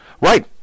Right